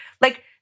like-